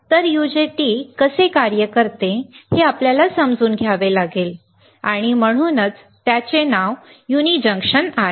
तर यूजेटी कसे कार्य करते हे आपल्याला समजून घ्यावे लागेल आणि म्हणूनच त्याचे नाव युनि जंक्शन आहे